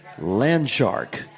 Landshark